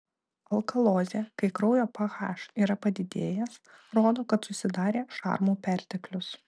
alkalozė kai kraujo ph yra padidėjęs rodo kad susidarė šarmų perteklius